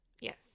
yes